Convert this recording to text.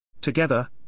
Together